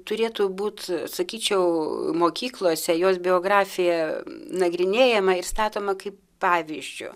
turėtų būt sakyčiau mokyklose jos biografija nagrinėjama ir statoma kaip pavyzdžiu